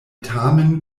tamen